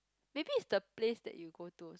maybe it's the place that you go to